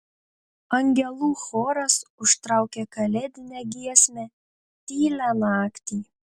angelų choras užtraukė kalėdinę giesmę tylią naktį